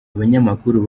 abanyamakuru